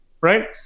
right